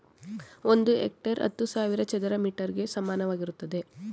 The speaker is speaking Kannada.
ಒಂದು ಹೆಕ್ಟೇರ್ ಹತ್ತು ಸಾವಿರ ಚದರ ಮೀಟರ್ ಗೆ ಸಮಾನವಾಗಿರುತ್ತದೆ